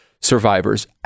survivors